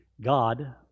God